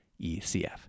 ECF